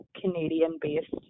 Canadian-based